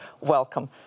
welcome